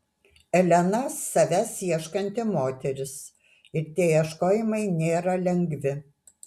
elena savęs ieškanti moteris ir tie ieškojimai nėra lengvi